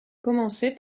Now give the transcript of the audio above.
commencer